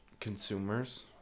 consumers